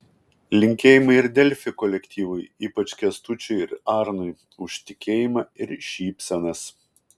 linkėjimai ir delfi kolektyvui ypač kęstučiui ir arnui už tikėjimą ir šypsenas